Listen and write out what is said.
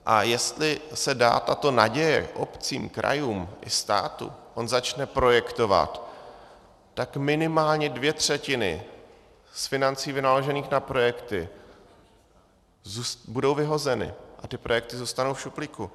A jestli se dá tato naděje obcím, krajům i státu, oni začnou projektovat, tak minimálně dvě třetiny z financí vynaložených na projekty budou vyhozeny a ty projekty zůstanou v šuplíku.